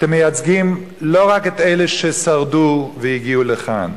אתם מייצגים לא רק את אלה ששרדו והגיעו לכאן,